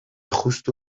justu